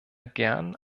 gern